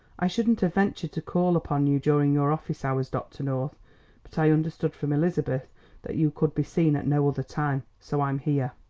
i shouldn't have ventured to call upon you during your office hours, dr. north but i understood from elizabeth that you could be seen at no other time so i'm here.